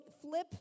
flip